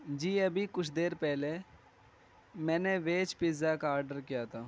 جی ابھی کچھ دیر پہلے میں نے ویج پزا کا آرڈر کیا تھا